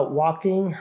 walking